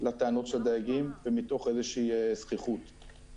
לטענות של הדייגים ומתוך איזושהי זחיחות.